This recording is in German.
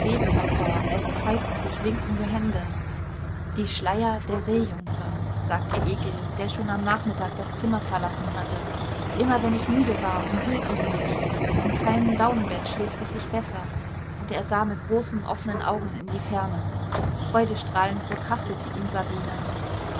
hervor als zeigten sich winkende hände die schleier der seejungfern sagte egil der schon am nachmittag das zimmer verlassen hatte immer wenn ich müde war umhüllten sie mich in keinem daunenbett schläft es sich besser und er sah mit großen offenen augen in die ferne freudestrahlend betrachtete ihn sabine